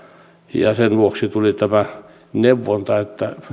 ja sen vuoksi tuli tämä neuvonta että